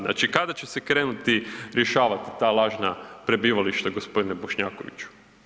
Znači, kada će se krenuti rješavati ta lažna prebivališta gospodine Bošnjakoviću?